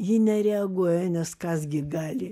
ji nereaguoja nes kas gi gali